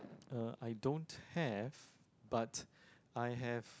uh I don't have but I have